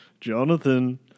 Jonathan